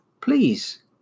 please